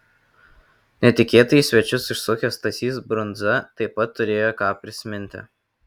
netikėtai į svečius užsukęs stasys brundza taip pat turėjo ką prisiminti